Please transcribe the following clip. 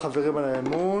האמון.